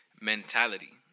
mentality